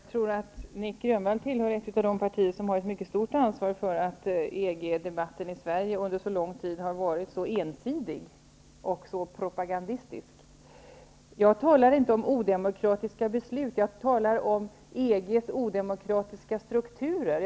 Herr talman! Nic Grönvall tillhör ett parti som väl är ett av de partier som har ett mycket stort ansvar för att EG-debatten i Sverige under väldigt lång tid har varit mycket ensidig och propagandistisk. Jag talar inte om odemokratiska beslut, utan jag talar om EG:s odemokratiska strukturer.